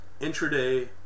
Intraday